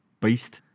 beast